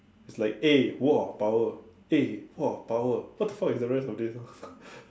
it's like eh !wah! power eh !wah! power what the fuck is the rest of this ah